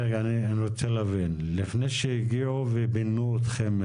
אני רוצה להבין, לפני שפינו אתכם,